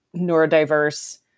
neurodiverse